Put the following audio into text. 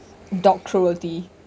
dog cruelty